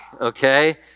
okay